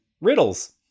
riddles